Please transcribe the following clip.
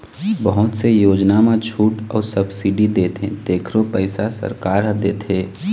बहुत से योजना म छूट अउ सब्सिडी देथे तेखरो पइसा सरकार ह देथे